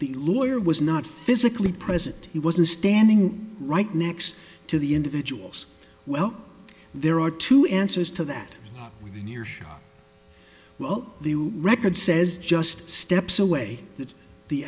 the lawyer was not physically present he wasn't standing right next to the individuals well there are two answers to that within earshot well the record says just steps away th